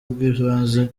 bw’ibanze